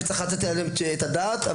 וצריך לתת עליהן את הדעת,